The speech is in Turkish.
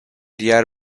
diğer